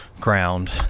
ground